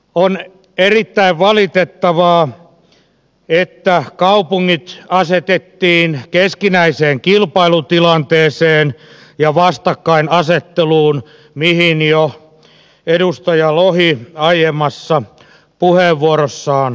on erittäin valitettavaa että kaupungit asetettiin keskinäiseen kilpailutilanteeseen ja vastakkainasetteluun mihin jo edustaja lohi aiemmassa puheenvuorossaan viittasi